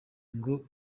ngo